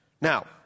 Now